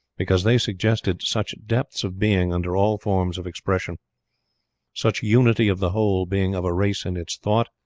because they suggested such depths of being under all forms of expression such unity of the whole being of a race in its thought,